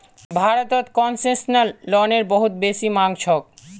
भारतत कोन्सेसनल लोनेर बहुत बेसी मांग छोक